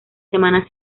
semana